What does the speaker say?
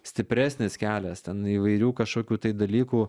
stipresnis kelias ten įvairių kažkokių tai dalykų